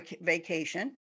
vacation